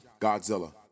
Godzilla